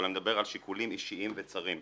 אבל אני מדבר על שיקולים אישיים וצרים.